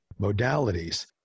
modalities